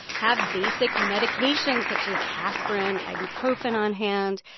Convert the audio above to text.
have basic medications, such as aspirin, ibuprofen, on hand.